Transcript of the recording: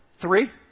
Three